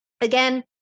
again